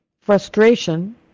frustration